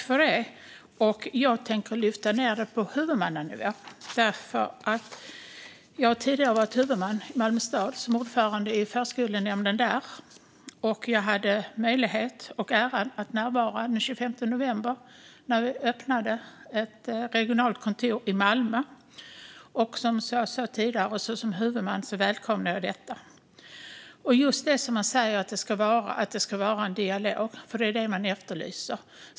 Fru talman! Jag tänker lyfta ned frågan på huvudmannanivå, därför att jag tidigare har varit huvudman i Malmö stad som ordförande i förskolenämnden där. Jag hade möjligheten och äran att närvara den 25 november när ett regionalt kontor öppnades i Malmö. Som huvudman välkomnade jag detta. Man säger att det ska vara dialog, och det är också vad man efterlyser.